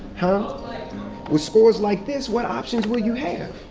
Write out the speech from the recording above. and with scores like this, what options will you have?